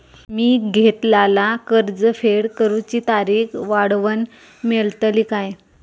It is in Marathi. मी घेतलाला कर्ज फेड करूची तारिक वाढवन मेलतली काय?